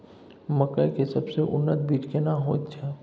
मकई के सबसे उन्नत बीज केना होयत छै?